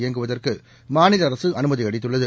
இயங்குவதற்கு மாநில அரசு அனுமதி அளித்துள்ளது